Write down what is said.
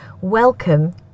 Welcome